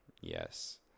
yes